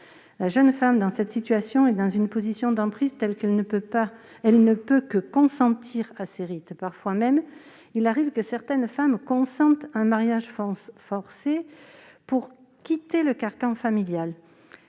La jeune femme se trouvant dans cette situation est dans une position d'emprise telle qu'elle ne peut que consentir à ces rites. Parfois même, il arrive que certaines femmes consentent à un mariage forcé pour quitter le carcan familial,